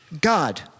God